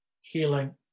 healing